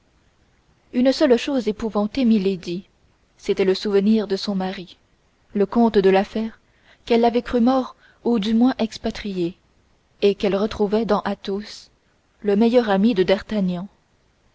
une seule chose épouvantait milady c'était le souvenir de son mari le comte de la fère qu'elle avait cru mort ou du moins expatrié et qu'elle retrouvait dans athos le meilleur ami de d'artagnan